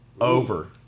Over